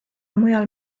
mujal